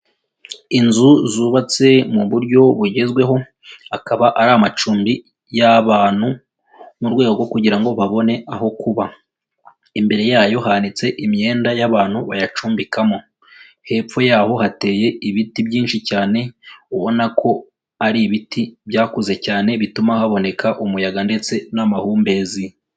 Inzu zubatse mu buryo bugezweho, akaba ari amacumbi y'abantu mu rwego rwo kugira ngo babone aho kuba, imbere yayo hanitse imyenda y'abantu bayacumbikamo, hepfo y'aho hateye ibiti byinshi cyane ubona ko ari ibiti byakuze cyane bituma haboneka umuyaga ndetse n'amahumbezi.